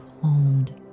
calmed